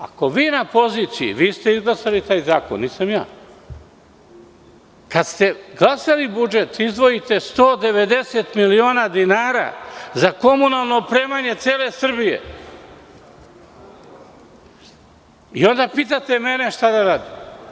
Ako vi na poziciji, vi ste izglasali taj zakon a ne ja, kada ste glasali budžet izdvojite 190 miliona dinara za komunalno opremanje cele Srbije, i onda pitate mene šta da radite?